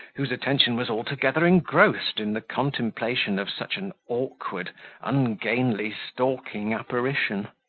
whose attention was altogether engrossed in the contemplation of such an awkward, ungainly, stalking apparition.